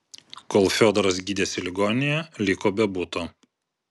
kol fiodoras gydėsi ligoninėje liko be buto